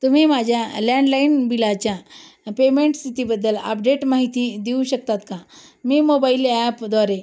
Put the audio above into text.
तुम्ही माझ्या लँडलाइण बिलाच्या पेमेंट स्थितीबद्दल आपडेट माहिती देऊ शकतात का मी मोबाइल ॲपद्वारे